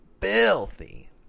filthy